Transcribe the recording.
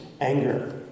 anger